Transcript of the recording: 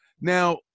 now